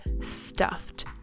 Stuffed